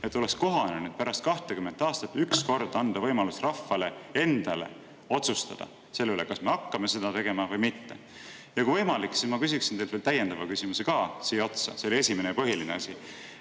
et oleks kohane nüüd, pärast 20 aastat, üks kord anda võimalus rahval endal otsustada selle üle, kas me hakkame seda tegema või mitte? Ja kui võimalik, siis ma küsiksin teilt veel täiendava küsimuse ka siia otsa. See esimene [küsimus]